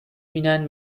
بینن